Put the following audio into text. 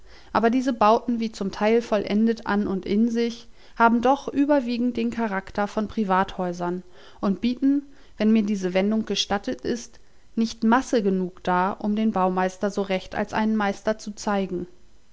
aber diese bauten wie zum teil vollendet an und in sich haben doch überwiegend den charakter von privathäusern und bieten wenn mir diese wendung gestattet ist nicht masse genug dar um den baumeister so recht als einen meister zu zeigen